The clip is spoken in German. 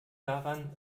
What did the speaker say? daran